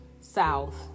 south